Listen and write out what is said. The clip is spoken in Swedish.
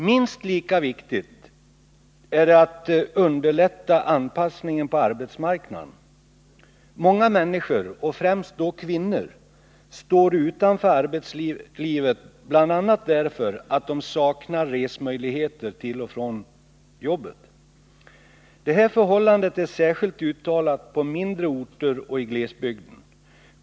Minst lika viktigt är det att underlätta anpassningen på arbetsmarknaden. Många människor — och främst då kvinnor — står utanför arbetslivet, bl.a. därför att de saknar resmöjligheter till och från jobbet. Det här förhållandet är särskilt uttalat på mindre orter och i glesbygden.